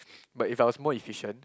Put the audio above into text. but if I was more efficient